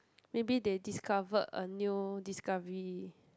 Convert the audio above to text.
maybe they discovered a new discovery